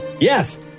yes